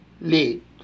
late